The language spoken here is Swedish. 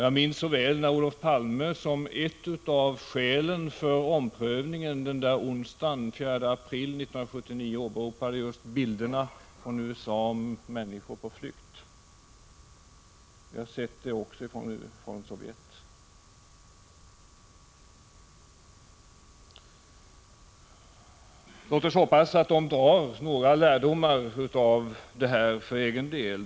Jag minns så väl när Olof Palme som ett av skälen för omprövningen den där onsdagen den 4 april 1979 åberopade just bilderna från USA om människor på flykt. Vi har sett det också från Sovjet. Låt oss hoppas att de drar några lärdomar av detta för egen del.